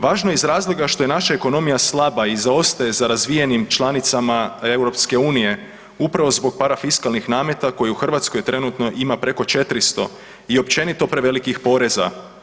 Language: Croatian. Važno je iz razloga što je naša ekonomija slaba i zaostaje za razvijenim članicama EU upravo zbog parafiskalnih nameta koje u Hrvatskoj trenutno ima preko 400 i općenito prevelikih poreza.